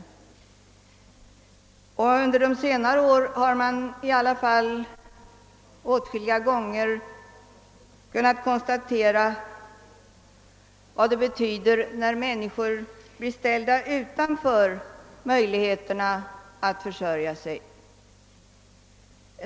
Särskilt under senare år har man åtskilliga gånger kunnat konstatera vad det betyder för människor att bli ställda utanför möjligheterna att försörja sig.